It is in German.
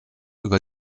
über